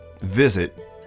visit